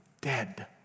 dead